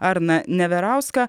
arną neverauską